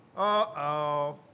Uh-oh